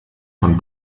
von